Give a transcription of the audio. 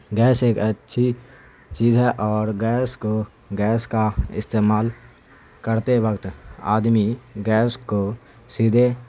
gas ایک اچھی چیز ہے اور گیس کو گیس کا استعمال کرتے وقت آدمی گیس کو سیدھے